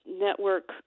network